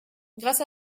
grâce